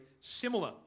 similar